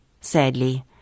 Sadly